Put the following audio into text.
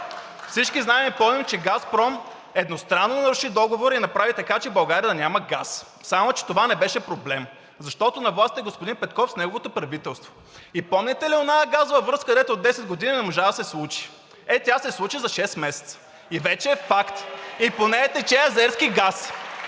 всички знаем и помним, че „Газпром“ едностранно наруши Договора и направи така, че България да няма газ. Само че това не беше проблем, защото на власт е господин Петков с неговото правителство. И помните ли онази газова връзка, където от десет години не можа да се случи? Е, сега се случи за шест месеца (възгласи от ГЕРБ-СДС: „Еее!“) и вече е факт, и по нея тече азерски газ.